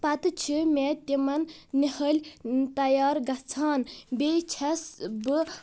پتہٕ چھِ مےٚ تِمن نِہٲلۍ تیار گژھان بیٚیہِ چھس بہٕ